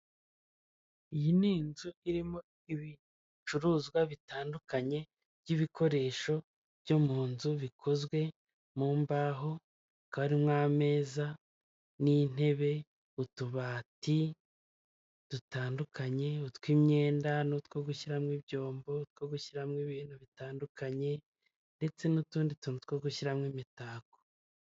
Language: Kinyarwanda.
Iyi ni inzu irimo ibicuruzwa bitandukanye by'ibikoresho byo mu nzu bikozwe mu mbaho, kahaba harimo ameza n'intebe, utubati dutandukanye tw'imyenda n'utwo gushyiramo ibyombo, two gushyiramo ibintu bitandukanye, ndetse n'utundi tuntu two gushyiramo imitako.